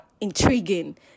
intriguing